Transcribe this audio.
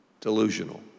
Delusional